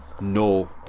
No